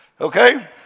okay